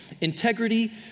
integrity